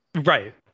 Right